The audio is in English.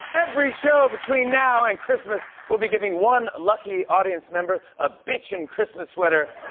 every show between now and christmas, we'll be giving one lucky audience member a bitchin' christmas sweater